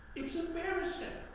it's embarrassing.